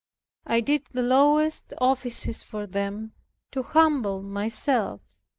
i did the lowest offices for them to humble myself.